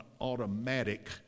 automatic